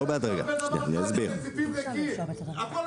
הכול